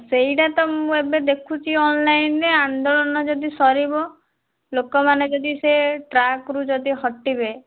ସେଇଟା ତ ମୁଁ ଏବେ ଦେଖୁଛି ଅନଲାଇନ୍ ରେ ଆନ୍ଦୋଳନ ଯଦି ସରିବ ଲୋକମାନେ ଯଦି ସେ ଟ୍ରାକ୍ ରୁ ଯଦି ହଟିବେ